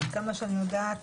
עד כמה שאני יודעת,